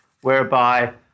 whereby